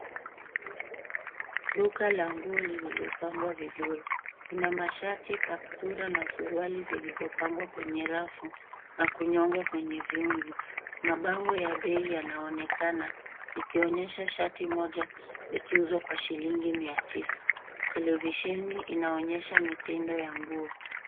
Duka la nguo lililopangwa vizuri. Kuna mashati, kaptura na suruali zilizopangwa kwenye rafu na kunyongwa kwenye viuzi. Mabango ya bei yanaonekana ikionyesha shati moja ikiuzwa kwa shilingi mia tisa, televisheni inaonyesha mitindo ya nguo.